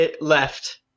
left